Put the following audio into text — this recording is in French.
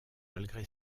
malgré